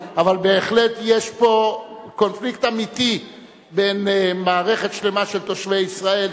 אבל בהחלט יש פה קונפליקט אמיתי בין מערכת שלמה של תושבי ישראל.